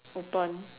open